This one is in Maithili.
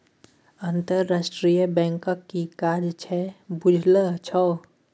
अंतरराष्ट्रीय बैंकक कि काज छै बुझल छौ?